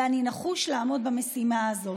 ואני נחוש לעמוד במשימה הזאת.